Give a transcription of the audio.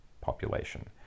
population